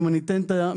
ואם אני אתן את המדרג,